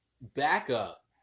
backup